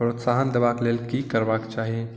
प्रोत्साहन देबाक लेल की करबाके चाही